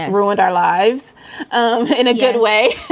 ruined our lives um in a good way,